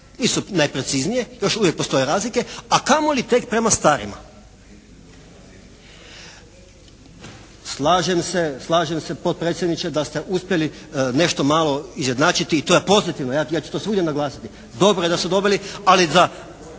nisu najpreciznije, još uvijek postoje razlike, a kamoli tek prema starima. Slažem se potpredsjedniče da ste uspjeli nešto malo izjednačiti i to je pozitivno. Ja ću to svugdje naglasiti. Dobro je da su dobili, ali bi